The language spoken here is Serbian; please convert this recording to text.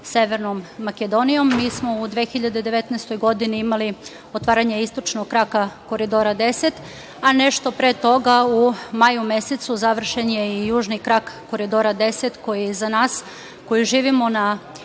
Severnom Makedonijom. Mi smo u 2019. godini imali otvaranje istočnog kraka Koridora 10, a nešto pre toga, u maju mesecu završen je i južni krak Koridora 10, koji za nas koji živimo na